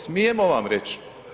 Smijemo vam reći.